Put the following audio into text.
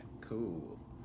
cool